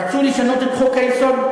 רצו לשנות את חוק-היסוד,